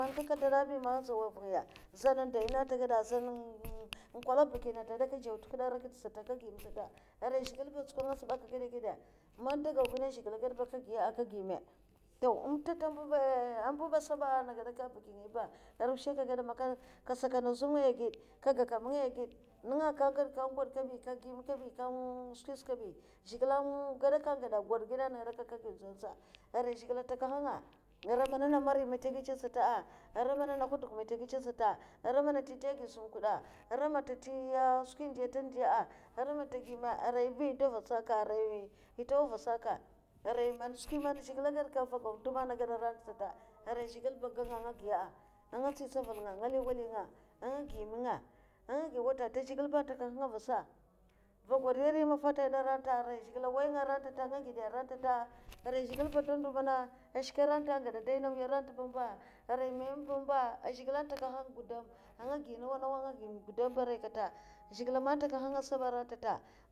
Man ka kazlana bi man nɗzaw avungaya zan n'day na tè gada, zan n'kwala abaki ta gada, aka dzow ntahad ara kid'sata arai zhigile ba achokwo nasa ba aka gide'gide ah, man da gau ginne ah zhigile ba aka giya a' aka gimme? To nta ta amba ba ana gadaka abaki ngaya ba harwash kagada maka ka saka nda zoum ngaya agide ba kaga ka na mungaya agide nga ndaka mped kabi ka ngad ka gad kabi nka skwisa kabi, zhigile n' an gadaka an gad gwod gwodah ana gadak'sa arai zhigile an takaha'nga ngu mwura nzduna ah mari man nta gecha sata ahara mana na nhuduk man nte gecha sata a ara man nte da aged sam nkuda a' ara man nta ntiya skwin'ndi anta ndiya'a ara amn nte gui me arai nye ba eh dow vasa ka ay ntau vasa nka, arai man skwi man zhigile gad kam nva gau nta man ana gada kinna sata, arai zhigile ba an gan nga anga giya a' anga nsti nsteval nga nga li walin'nga, anga gui'manga, anga giu wanda ah zhigile ba an ntakahan nga, avasa mva gau nriya nri maffa nta ged ba arai zhigile an nwaiy nga aranta anga geda aranta ta arai zhigle ba an dwo ndu mana anshke arante agada ndey na nwi aranta ba aray mèmè ba amba, zhigilè man n'takahanga gudum anga gui nawa nawa anga gima gudum ba aranta kata, zhigile mba n'takahanga saba aranta nta.